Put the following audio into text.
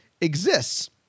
exists